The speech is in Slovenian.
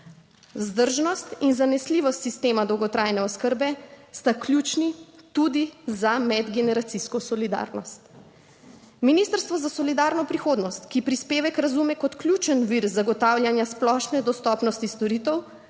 Vzdržnost in zanesljivost sistema dolgotrajne oskrbe sta ključni tudi za medgeneracijsko solidarnost. Ministrstvo za solidarno prihodnost, ki prispevek razume kot ključen vir zagotavljanja splošne dostopnosti storitev,